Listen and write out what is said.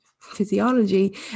physiology